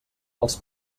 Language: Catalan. als